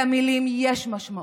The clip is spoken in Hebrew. למילים יש משמעות,